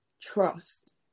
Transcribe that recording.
trust